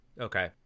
Okay